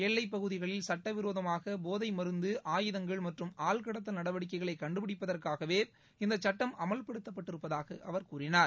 எல்லைப் பகுதிகளில் சுட்டவிரோதமாக போதை மருந்து ஆயுதங்கள் மற்றும் ஆள்கடத்தல் நடவடிக்கைகளை கண்டுபிடிப்பதற்காகவே இந்த சட்டம் அமல்படுத்தப்பட்டிருப்பதாக அவர் கூறினார்